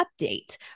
update